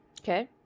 Okay